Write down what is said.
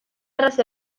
erraz